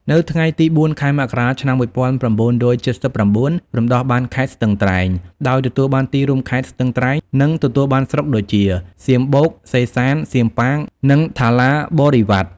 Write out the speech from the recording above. នៅថ្ងៃទី ០៤ ខែមករា ឆ្នាំ ១៩៧៩ រំដោះបានខេត្តស្ទឹងត្រែង ដោយទទួលបានទីរួមខេត្ត ស្ទឹងត្រែង និងទទួលបានស្រុកដូចជា សៀមបូក សេសាន សៀមប៉ាង និងថាឡាបរិវ៉ាត់។